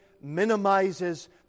minimizes